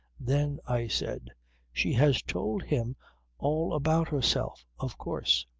then i said she has told him all about herself of course.